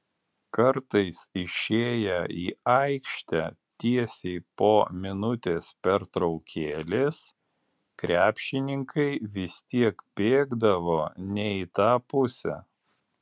kartais išėję į aikštę tiesiai po minutės pertraukėlės krepšininkai vis tiek bėgdavo ne į tą pusę